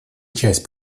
часть